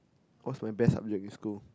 what is my best subject in school